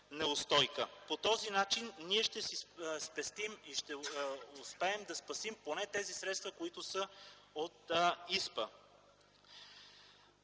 По този начин ние ще си спестим и ще успеем да спасим поне средствата, които са от ИСПА.